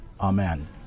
Amen